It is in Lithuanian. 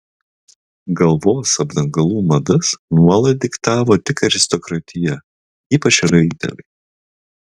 galvos apdangalų madas nuolat diktavo tik aristokratija ypač raiteliai